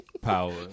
power